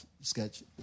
sketch